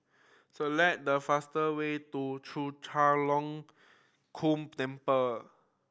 select the fastest way to Chek Chai Long Chuen Temple